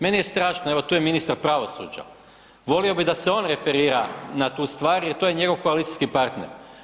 Meni je strašno, evo tu ministar pravosuđa volio bih da se on referira na tu stvar jer to je njegov koalicijski partner.